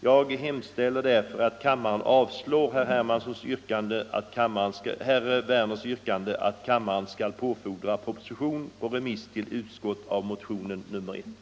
Jag hemställer därför att kammaren avslår herr Werners i Tyresö yrkande att kammaren skall påfordra proposition på remiss till utskott av motionen nr 1.